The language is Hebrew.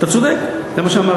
אתה צודק, זה מה שאמרתי.